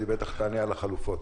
אז היא בטח תענה על החלופות.